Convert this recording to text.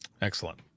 excellent